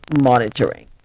monitoring